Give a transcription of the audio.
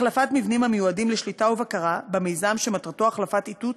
החלפת מבנים המיועדים לשליטה ובקרה במיזם שמטרתו החלפת איתות